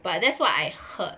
but that's what I heard